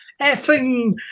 effing